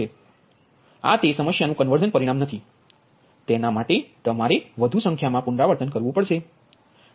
આ તે સમ્સ્યા નુ કન્વર્ઝ પરિણામ નથી તેના માટે તમારે વધુ સંખ્યામાં પુનરાવર્તન કરવું પડશે